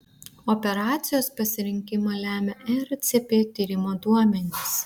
operacijos pasirinkimą lemia ercp tyrimo duomenys